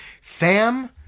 Sam